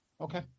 Okay